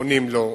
עונים לו.